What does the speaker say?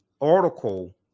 article